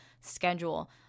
schedule